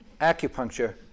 acupuncture